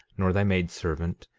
nor thy maid-servant,